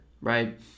right